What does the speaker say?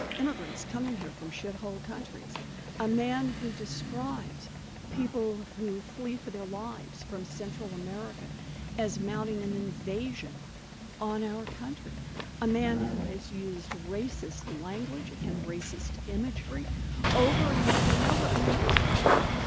immigrants coming here from shithole countries a man who describes people who flee for their lives from central america as mounting an invasion on our country a man who has used racist language and racist imagery over and over and over and most of all,